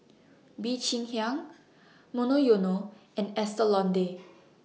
Bee Cheng Hiang Monoyono and Estee Lauder